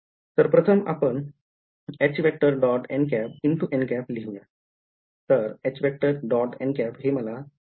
तर प्रथम आपण n ̂ लिहूया